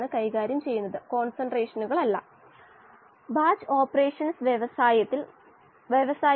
transfer coefficient ky ആണ്ഓക്സിജന്റെ mass transfer coefficient